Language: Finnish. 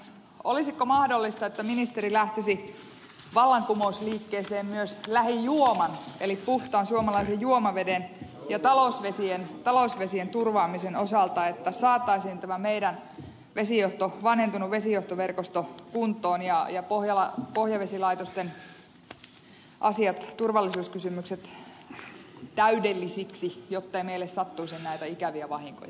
olisiko mahdollista että ministeri lähtisi vallankumousliikkeeseen myös lähijuoman eli puhtaan suomalaisen juomaveden ja talousvesien turvaamisen osalta että saataisiin tämä meidän vanhentunut vesijohtoverkosto kuntoon ja pohjavesilaitosten asiat turvallisuuskysymykset täydellisiksi jottei meille sattuisi näitä ikäviä vahinkoja